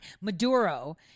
Maduro